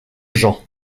jean